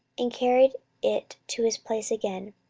and carried it to his place again.